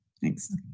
Thanks